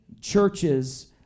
churches